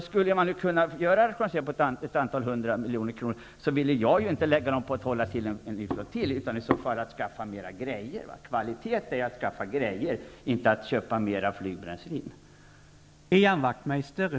Skulle man kunna göra rationaliseringar på ett antal 100 milj.kr. vill inte jag att de skall läggas på en ny flottilj, utan i så fall skall man skaffa mer grejor. Kvalitet är att skaffa grejor, inte att köpa mer flygbränsle.